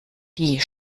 die